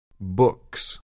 books